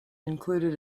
included